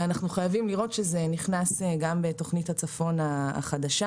אנחנו חייבים לראות שזה נכנס גם בתכנית הצפון החדשה.